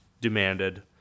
demanded